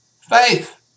faith